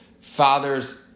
father's